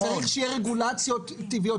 אבל צריך שיהיה רגולציות טבעיות.